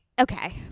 Okay